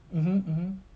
mmhmm mmhmm